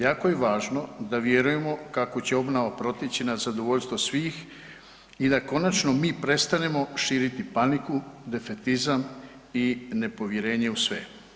Jako je važno da vjerujem kako će obnova proteći na zadovoljstvo svih i da konačno mi prestanemo širiti paniku, defetizam i nepovjerenje u sve.